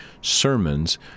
sermons